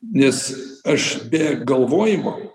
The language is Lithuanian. nes aš be galvojimo